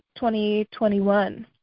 2021